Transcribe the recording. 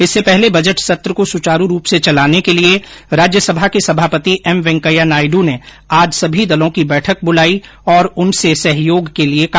इससे पहले बजट सत्र को सुचारू रूप से चलाने के लिये राज्यसभा के सभापती एम वेंकैया नायड़ ने आज सभी दलों की बैठक ब्लाई और उन्हें सहयोग के लिये कहा